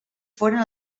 foren